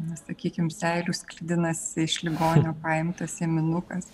na sakykim seilių sklidinas iš ligonių paimtas ėminukas